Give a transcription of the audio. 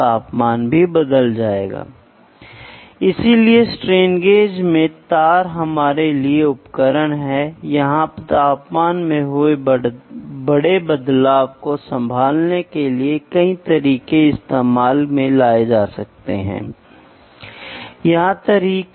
तो जो मेरे लिए नरम है वह मेरी पत्नी के लिए नरम नहीं है या यह मेरे बेटे के लिए नरम नहीं है और जब आप इन सभी डायपर विज्ञापनों को देख रहे हैं जो टीवी पर आ रहे हैं तो वे कहते हैं कि यह बहुत नरम है